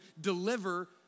deliver